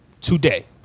today